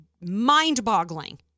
mind-boggling